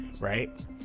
right